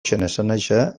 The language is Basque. esanahia